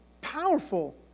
powerful